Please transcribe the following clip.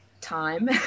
time